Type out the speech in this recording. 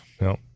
No